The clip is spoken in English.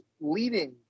leading